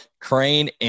Crane &